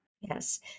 Yes